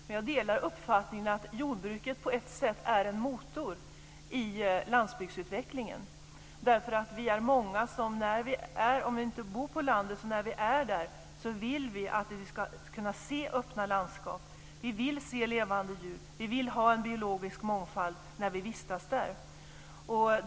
Men jag delar uppfattningen att jordbruket på ett sätt är en motor i landsbygdsutvecklingen. Vi är ju många som kanske inte bor på landet, men när vi är där vill vi att vi ska kunna se öppna landskap. Vi vill se levande djur, och vi vill ha en biologisk mångfald när vi vistas där.